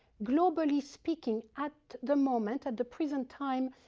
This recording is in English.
globally speaking, at the moment, at the present time,